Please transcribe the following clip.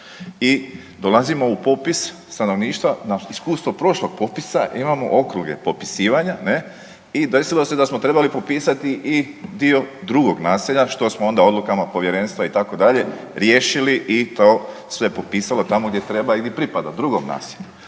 i dolazimo u popis stanovništva na iskustvo prošlog popisa, imamo okruge popisivanja, ne, i desilo se da smo trebali popisati i dio drugog naselja, što smo onda odlukama povjerenstva, itd., riješili i to se popisalo tamo gdje treba ili pripada, drugom naselju.